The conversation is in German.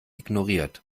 ignoriert